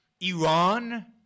Iran